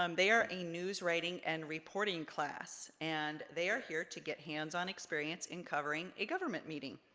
um they are a news writing and reporting class. and they are here to get hands on experience in covering a government meeting.